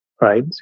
right